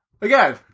Again